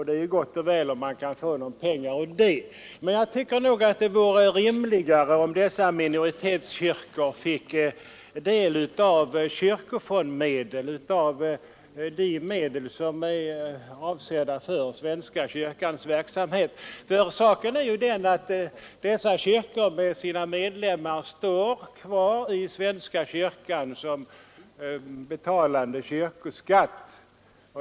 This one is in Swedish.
Det är ju gott och väl om de kan få pengar ur det anslaget, men jag tycker att det vore rimligare om dessa minoritetskyrkor fick del av kyrkofondsmedel, medel som är avsedda för svenska kyrkans verksamhet. Saken är ju den att dessa kyrkor med sina medlemmar står kvar i svenska kyrkan såsom betalande kyrkoskatt.